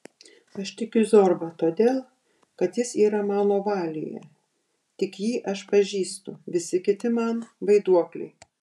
aš tikiu zorba todėl kad jis yra mano valioje tik jį aš pažįstu visi kiti man vaiduokliai